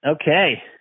Okay